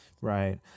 Right